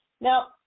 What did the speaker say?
Now